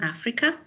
Africa